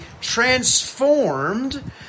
transformed